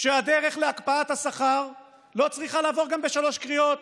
שהדרך להקפאת השכר לא צריכה לעבור גם בשלוש קריאות.